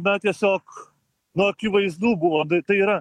na tiesiog nu akivaizdu buvo tai yra